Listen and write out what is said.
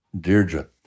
Deirdre